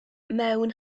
mewn